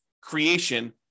creation